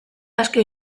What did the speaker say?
asko